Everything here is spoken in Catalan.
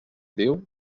diu